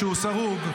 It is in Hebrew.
שהוא סרוג,